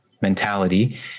mentality